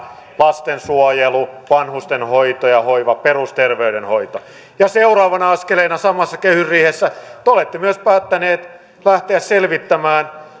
lastensuojelu vanhustenhoito ja hoiva perusterveydenhoito ja seuraavana askeleena samassa kehysriihessä te olette myös päättäneet lähteä selvittämään